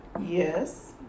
yes